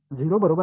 0 बरोबर